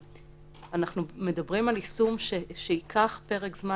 אנחנו מדברים על יישום שייקח פרק זמן